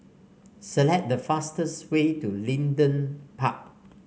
select the fastest way to Leedon Park